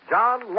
John